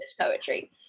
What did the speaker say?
poetry